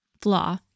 flaw